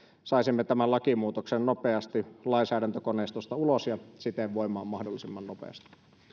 saisimme tämän lakimuutoksen nopeasti lainsäädäntökoneistosta ulos ja siten voimaan mahdollisimman nopeasti